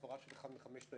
כמו שהפורנוגרפיה לוקח אשה,